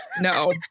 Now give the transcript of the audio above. no